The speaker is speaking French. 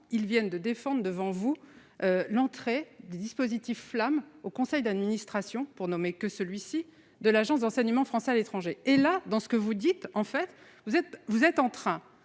ils viennent de défendre devant vous l'entrée des dispositifs flamme au conseil d'administration pour nommer que celui-ci de l'agence d'enseignement français à l'étranger et là dans ce que vous dites en fait, vous êtes, vous